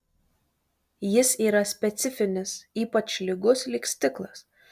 jis yra specifinis ypač lygus lyg stiklas